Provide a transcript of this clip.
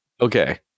Okay